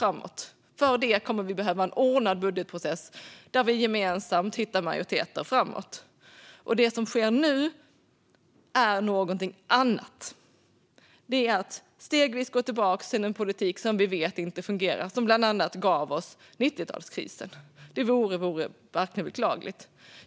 För detta kommer vi att behöva en ordnad budgetprocess, där vi gemensamt hittar majoriteter. Det som sker nu är någonting annat. Det är att stegvis gå tillbaka till en politik som vi vet inte fungerar och som bland annat gav oss 90-talskrisen. Det vore verkligen beklagligt.